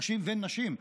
אנשים ונשים,